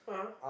(uh huh)